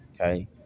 Okay